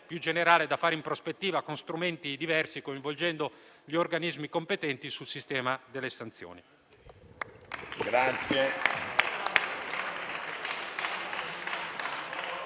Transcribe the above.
più generale da fare in prospettiva con strumenti diversi e coinvolgendo gli organismi competenti sul sistema delle sanzioni.